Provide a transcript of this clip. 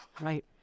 Right